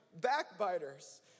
backbiters